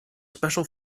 special